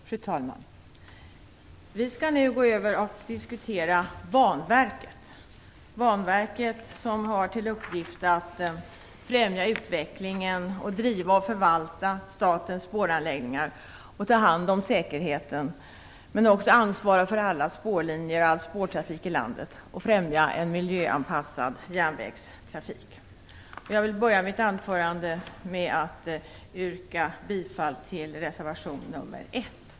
Fru talman! Vi skall nu övergå till att diskutera Banverket, som har till uppgift att främja utvecklingen, driva och förvalta statens spåranläggningar, ta hand om säkerheten, men också ansvara för alla spårlinjer och spårtrafik i landet samt främja en miljöanpassad järnvägstrafik. Jag vill börja mitt anförande med att yrka bifall till reservation nr 1.